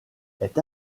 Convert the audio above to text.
est